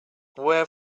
where